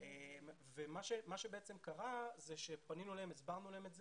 מה שבעצם קרה זה שפנינו אליהם והסברנו להם את זה.